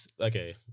okay